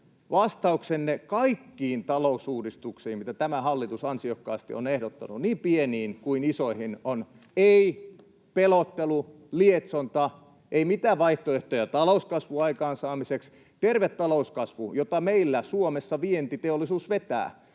vastauksenne kaikkiin talousuudistuksiin, mitä tämä hallitus ansiokkaasti on ehdottanut, niin pieniin kuin isoihin, on: ei, pelottelu, lietsonta, ei mitään vaihtoehtoja talouskasvun aikaansaamiseksi. Terve talouskasvu, jota meillä Suomessa vientiteollisuus vetää,